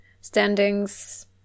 standings